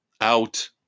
out